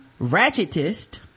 Ratchetist